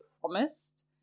promised